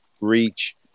reach